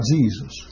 Jesus